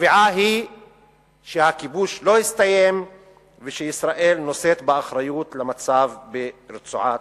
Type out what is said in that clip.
הקביעה היא שהכיבוש לא הסתיים וישראל נושאת באחריות למצב ברצועת-עזה.